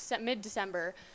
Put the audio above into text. mid-December